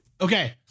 Okay